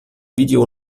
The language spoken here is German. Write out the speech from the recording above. video